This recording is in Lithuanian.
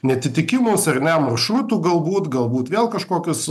neatitikimus ar ne maršrutų galbūt galbūt vėl kažkokius